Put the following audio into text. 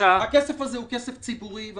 הכסף הזה הוא ציבורי,